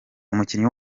umukinnyi